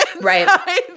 right